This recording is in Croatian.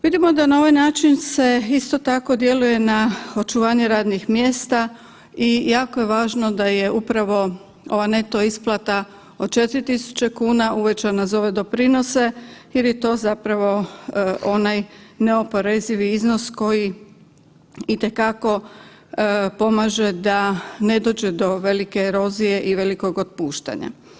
Vidimo da na ovaj način se isto tako djeluje na očuvanje radnih mjesta i jako je važno da je upravo ova neto isplata od 4.000 kuna uvećana za ove doprinose jer je to zapravo onaj neoporezivi iznos koji itekako pomaže da ne dođe do velike erozije i velikog otpuštanja.